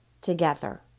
together